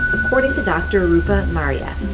according to dr. rupa marya